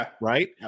right